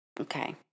Okay